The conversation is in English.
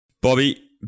Bobby